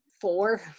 Four